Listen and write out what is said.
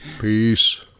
peace